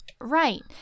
Right